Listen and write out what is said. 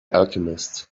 alchemist